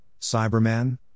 Cyberman